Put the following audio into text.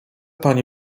pani